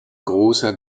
großer